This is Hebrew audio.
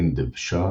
עין דבשה